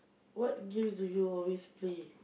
what games do you always play